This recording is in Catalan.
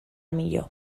millor